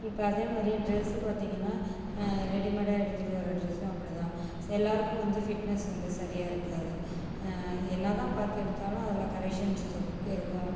இப்போ அதே மாதிரியே ட்ரெஸ்சு பார்த்திங்கன்னா ரெடிமேடா எடுத்துகிட்டு வர ட்ரெஸ்சும் அப்படித்தான் எல்லோருக்கும் வந்து ஃபிட்னஸ் வந்து சரியாக இருக்காது என்னால் தான் பார்த்து எடுத்தாலும் அதில் கரெக்ஷன்றது இருக்கும்